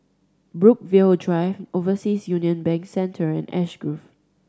Brookvale Drive Overseas Union Bank Centre and Ash Grove